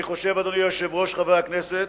אני חושב, אדוני היושב-ראש, חברי חברי הכנסת,